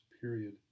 period